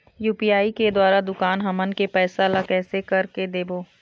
UPI के द्वारा दुकान हमन के पैसा ला कैसे कर के देबो?